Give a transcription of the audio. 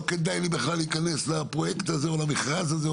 בכלל לא כדאי לי להיכנס לפרויקט הזה או למכרז הזה.